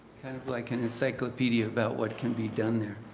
kind of like an encyclopedia about what can be done here.